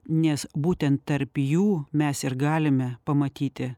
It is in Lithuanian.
nes būtent tarp jų mes ir galime pamatyti